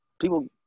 people